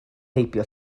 heibio